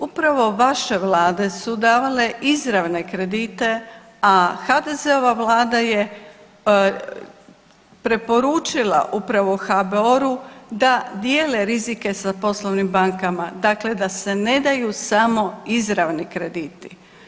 Upravo vaše vlade su davale izravne kredite, a HDZ-ova Vlada je preporučila upravo HBOR-u da dijele rizike sa poslovnim bankama, dakle da se ne daju samo izravni krediti.